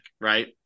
right